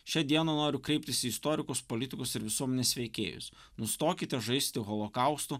šią dieną noriu kreiptis į istorikus politikus ir visuomenės veikėjus nustokite žaisti holokaustu